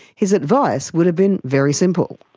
his advice would have been very simple.